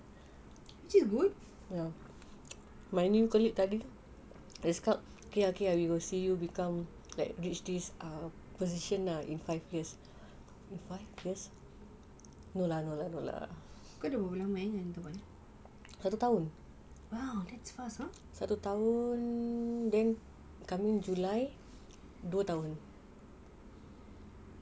yes my new colleague tell me okay okay we will see you become like reach this position in five years I just no lah no lah no lah satu tahun then coming july dua tahun